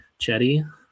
Chetty